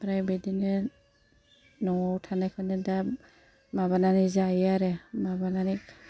ओमफ्राय बेदिनो न'आव थानायखौनो दा माबानानै जायो आरो माबानानै